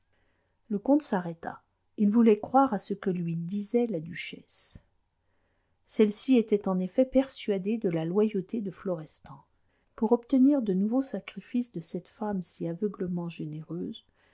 le comte s'arrêta il voulait croire à ce que lui disait la duchesse celle-ci était en effet persuadée de la loyauté de florestan pour obtenir de nouveaux sacrifices de cette femme si aveuglément généreuse